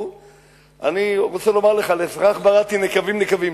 אני רוצה לומר לך: "בראתי נקבים נקבים".